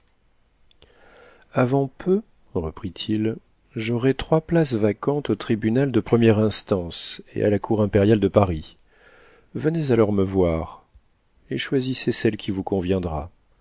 avant peu reprit-il j'aurai trois places vacantes au tribunal de première instance et à la cour impériale de paris venez alors me voir et choisissez celle qui vous conviendra